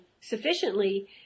sufficiently